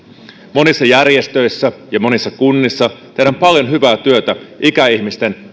monissa järjestöissä ja monissa kunnissa tehdään paljon hyvää työtä ikäihmisten